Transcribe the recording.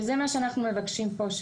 וזה מה שאנחנו מבקשים פה.